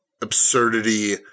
absurdity –